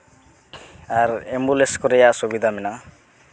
ᱟᱨ ambulance ᱠᱚᱨᱮᱭᱟᱜ ᱥᱩᱵᱤᱫᱷᱟ ᱢᱮᱱᱟᱜᱼᱟ